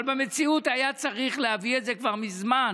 אבל במציאות היה צריך להביא את זה כבר מזמן.